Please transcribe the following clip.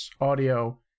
audio